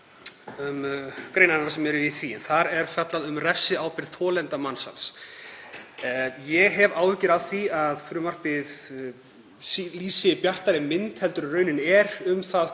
greinarnar sem eru í því. Þar er fjallað um refsiábyrgð þolenda mansals. Ég hef áhyggjur af því að frumvarpið lýsi bjartari mynd en raunin er um það